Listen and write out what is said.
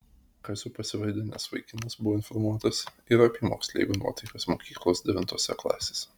kaziu pasivadinęs vaikinas buvo informuotas ir apie moksleivių nuotaikas mokyklos devintose klasėse